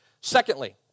Secondly